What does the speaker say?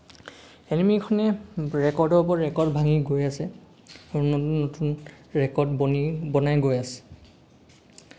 এনিমিখনে ৰেকৰ্ডৰ ওপৰত ৰেকৰ্ড ভাঙি গৈ আছে নতুন নতুন ৰেকৰ্ড বনি বনাই গৈ আছে